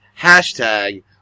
hashtag